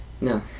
No